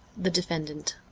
the defendant